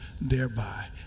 thereby